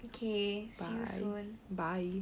okay see you soon